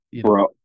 bro